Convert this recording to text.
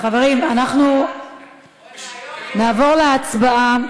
חברים, אנחנו נעבור להצבעה.